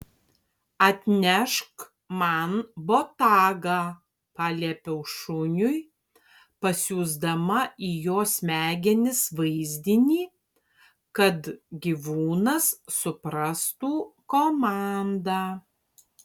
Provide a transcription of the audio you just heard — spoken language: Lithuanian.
atnešk man botagą paliepiau šuniui pasiųsdama į jo smegenis vaizdinį kad gyvūnas suprastų komandą